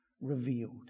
revealed